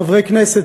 חברי כנסת.